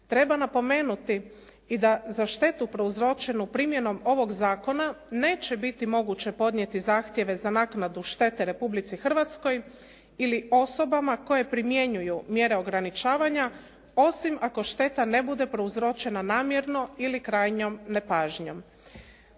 Treba napomenuti i da za štetu prouzročenu primjenom ovog zakona neće biti moguće podnijeti zahtjeve za naknadu štete Republici Hrvatskoj ili osobama koje primjenjuju mjere ograničavanja osim ako šteta ne bude prouzročena namjerno ili krajnjom nepažnjom.